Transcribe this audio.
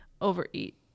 overeat